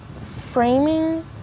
framing